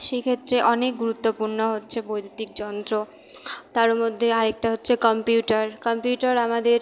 সেই ক্ষেত্রে অনেক গুরুত্বপূর্ণ হচ্ছে বৈদ্যুতিক যন্ত্র তার মধ্যে আরেকটা হচ্ছে কম্পিউটার কম্পিউটার আমাদের